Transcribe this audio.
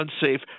unsafe